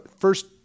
first